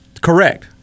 correct